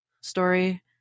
story